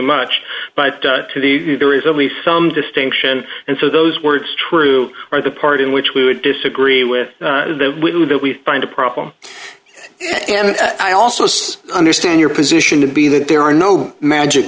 much but to the there is only some distinction and so those words true or the part in which we would disagree with we leave it we find a problem and i also see understand your position to be that there are no magic